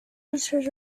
eastern